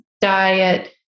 diet